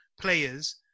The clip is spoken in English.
players